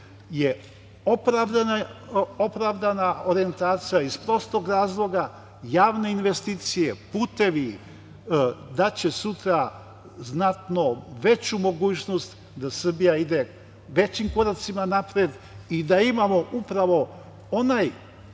je opravdana orijentacija iz prostog razloga, javne investicije, putevi, daće sutra znatno veću mogućnost da Srbija ide većim koracima napred i da imamo upravo onaj